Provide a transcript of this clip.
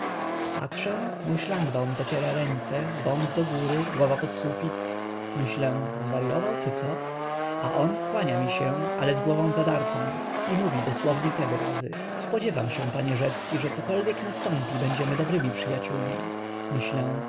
patrzę mój szlangbaum zaciera ręce wąs do góry głowa pod sufit myślę zwaryował czy co a on kłania mi się ale z głową zadartą i mówi dosłownie te wyrazy spodziewam się panie rzecki że cokolwiek nastąpi będziemy dobrymi przyjaciółmi myślę